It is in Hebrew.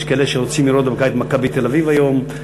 יש כאלה שרוצים לראות את "מכבי תל-אביב" היום.